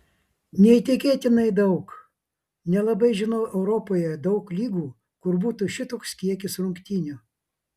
neįtikėtinai daug nelabai žinau europoje daug lygų kur būtų šitoks kiekis rungtynių